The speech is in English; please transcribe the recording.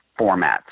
formats